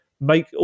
make